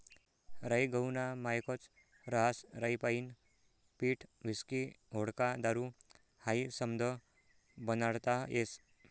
राई गहूना मायेकच रहास राईपाईन पीठ व्हिस्की व्होडका दारू हायी समधं बनाडता येस